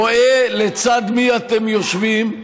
רואה לצד מי אתם יושבים,